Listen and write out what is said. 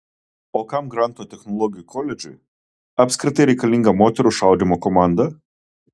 o kam granto technologijų koledžui apskritai reikalinga moterų šaudymo komanda